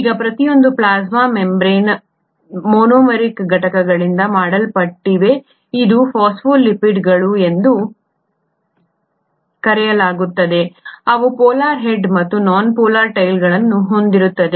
ಈಗ ಪ್ರತಿಯೊಂದು plasma membrane membrane monomeric ಘಟಕಗಳಿಂದ ಮಾಡಲ್ಪಟ್ಟಿದೆ ಇದನ್ನು ಫಾಸ್ಫೋಲಿಪಿಡ್ಗಳು ಎಂದು ಕರೆಯಲಾಗುತ್ತದೆ ಅವು ಪೋಲಾರ್ ಹೆಡ್ ಮತ್ತು ನಾನ್ ಪೋಲಾರ್ ಟೈಲ್ಗಳನ್ನು ಹೊಂದಿರುತ್ತವೆ